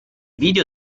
video